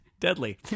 deadly